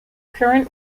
current